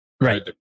right